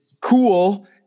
cool